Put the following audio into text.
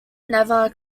never